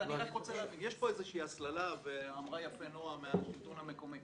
כאן איזושהי הסללה - ואמרה יפה נועה מהשלטון המקומי